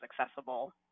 accessible